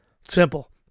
Simple